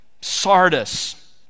Sardis